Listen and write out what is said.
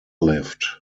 lived